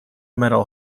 metal